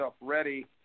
ready